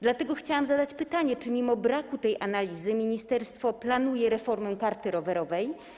Dlatego chciałam zadać pytania: Czy mimo braku tej analizy ministerstwo planuje reformę dotyczącą karty rowerowej?